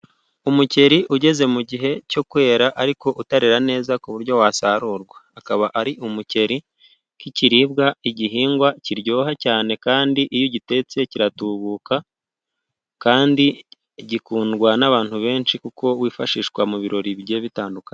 Umuceri ugeze mu gihe cyo kwera, ariko utarera neza, ku buryo wasarurwa. Akaba ari umuceri nk'ibiribwa, igihingwa, kiryoha cyane kandi iyo ugitetse kiratubuka, kandi gikundwa n'abantu benshi, kuko wifashishwa mu birori bigiye bitandukanye.